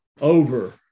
over